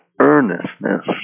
earnestness